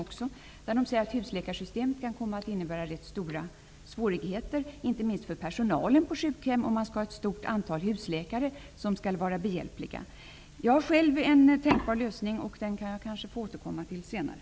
Man säger där att husläkarsystemet kan medföra rätt stora svårigheter, inte minst för personalen på sjukhemmen, om den skall samverka med ett stort antal husläkare. Jag har själv en tänkbar lösning, som jag kanske kan få återkomma till senare.